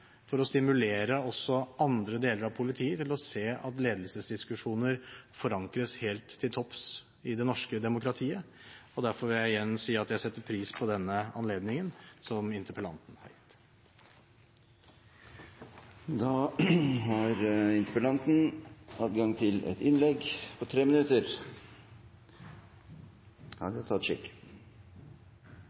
for å stimulere også andre deler av politiet til å se at ledelsesdiskusjoner forankres helt til topps i det norske demokratiet, og derfor vil jeg igjen si at jeg setter pris på denne anledningen, som interpellanten